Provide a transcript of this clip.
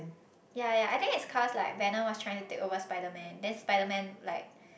yea yea I think it's cause like venom was trying to take over Spiderman then Spiderman like